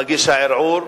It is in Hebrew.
מגיש הערעור,